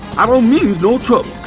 i don't mean no trouble!